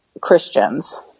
Christians